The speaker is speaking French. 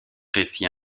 récits